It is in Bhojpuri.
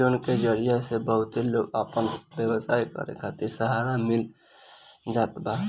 इ लोन के जरिया से बहुते लोग के आपन व्यवसाय करे खातिर सहारा मिल जाता